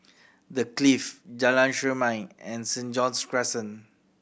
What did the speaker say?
The Clift Jalan Chermai and Saint John's Crescent